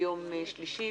ביום שלישי,